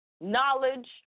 knowledge